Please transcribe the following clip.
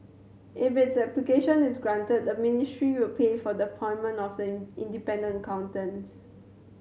if its application is granted the ministry will pay for the appointment of the independent accountants